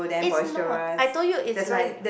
it's not I told you it's like